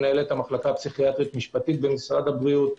מנהלת המחלקה הפסיכיאטרית משפטית במשרד הבריאות,